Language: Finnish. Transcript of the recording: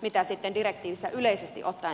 mitä sitten direktiivissä yleisesti ottaen tulisi